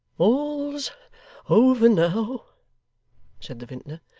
all's over now said the vintner.